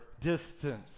distance